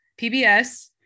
PBS